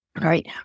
right